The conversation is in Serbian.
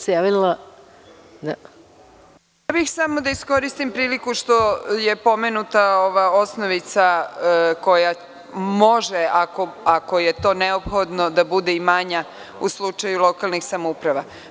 Samo bih da iskoristim priliku što je pomenuta ova osnovica koja može, ako je to neophodno da bude i manja u slučaju lokalnih samouprava.